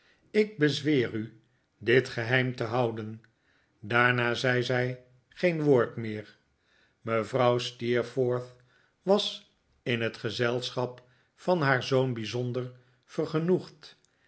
ik bezweer u dit geheim te houden daarna zei zij geen woord meer mevrouw steerforth was in net gezelschap van haar zoon bijzonder vergenoegd en